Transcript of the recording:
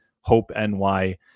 HOPE-NY